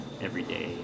everyday